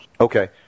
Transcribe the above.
Okay